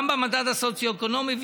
גם במדד הסוציו-אקונומי.